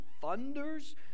thunders